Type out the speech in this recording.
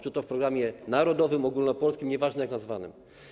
Czy to w programie narodowym, ogólnopolskim, nieważne jak nazwanym.